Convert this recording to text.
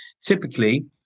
Typically